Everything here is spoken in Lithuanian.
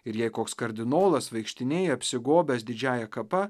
ir jei koks kardinolas vaikštinėja apsigobęs didžiąja kapa